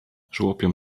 żłopią